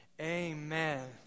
amen